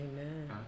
Amen